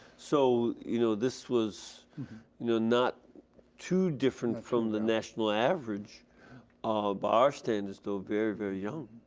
so, you know this was you know not too different from the national average um by our standards, though very, very young.